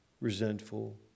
resentful